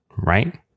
Right